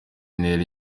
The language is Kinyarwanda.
ntera